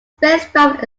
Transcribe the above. spacecraft